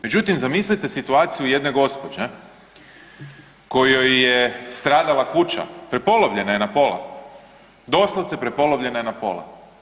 Međutim, zamislite situaciju jedne gospođe kojoj je stradala kuća, prepolovljena je na pola, doslovce prepolovljena je na pola.